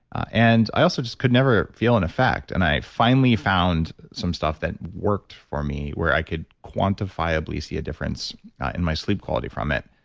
and i also just could never feel an effect, and i finally found some stuff that worked for me, where i could quantifiably see a difference in my sleep quality from it.